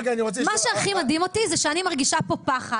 מה שהכי מדהים אותי זה שאני מרגישה פה פחד.